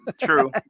True